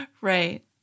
Right